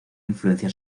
influencia